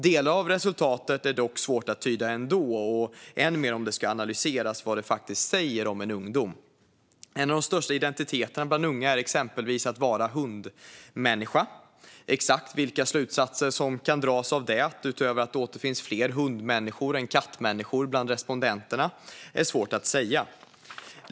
Delar av resultatet är dock ändå svårt att tyda, än mer om det ska analyseras vad det faktiskt säger om en ungdom. En av de största identiteterna bland unga är exempelvis att vara hundmänniska. Exakt vilka slutsatser som kan dras av det, utöver att det återfinns fler hundmänniskor än kattmänniskor bland respondenterna, är svårt att säga.